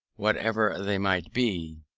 whatever they might be,